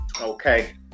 okay